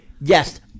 yes